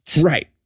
Right